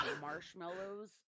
Marshmallows